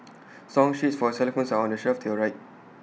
song sheets for xylophones are on the shelf to your right